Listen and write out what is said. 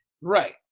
right